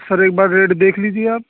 سر ایک بار ریٹ دیکھ لیجیے آپ